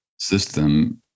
system